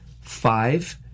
five